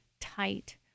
tight